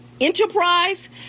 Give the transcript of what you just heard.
enterprise